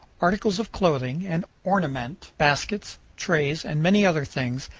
articles of clothing and ornament, baskets, trays, and many other things,